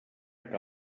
que